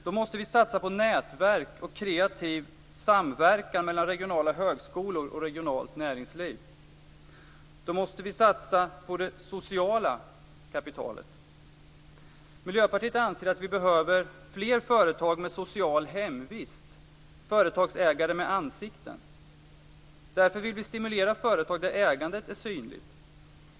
Då måste vi satsa på nätverk och kreativ samverkan mellan regionala högskolor och regionalt näringsliv. Då måste vi satsa på det sociala kapitalet. Miljöpartiet anser att det behövs fler företag med social hemvist, företagsägare med ansikten. Därför vill vi stimulera företag där ägandet är synligt.